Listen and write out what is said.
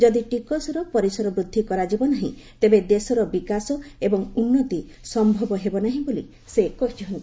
ଯଦି ଟିକସର ପରିସର ବୃଦ୍ଧି କରାଯିବ ନାହିଁ ତେବେ ଦେଶର ବିକାଶ ଏବଂ ଉନ୍ନତି ସମ୍ଭବ ହେବ ନାହିଁ ବୋଲି ସେ କହିଚ୍ଛନ୍ତି